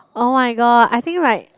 oh-my-god I think like